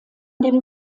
dem